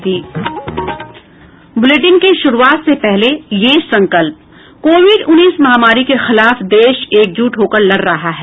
bulletin की शुरूआत से पहले ये संकल्प कोविड उन्नीस महामारी के खिलाफ देश एकज़्ट होकर लड़ रहा है